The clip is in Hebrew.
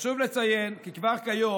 חשוב לציין כי כבר כיום,